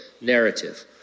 narrative